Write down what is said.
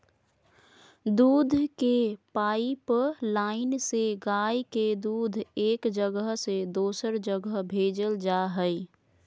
दूध के पाइपलाइन से गाय के दूध एक जगह से दोसर जगह भेजल जा हइ